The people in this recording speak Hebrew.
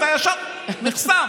אתה ישר נחסם.